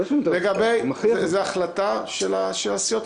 זו החלטה של הסיעות.